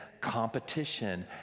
competition